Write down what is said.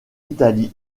italie